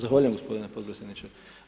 Zahvaljujem gospodine potpredsjedniče.